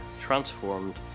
transformed